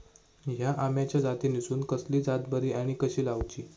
हया आम्याच्या जातीनिसून कसली जात बरी आनी कशी लाऊची?